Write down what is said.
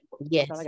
Yes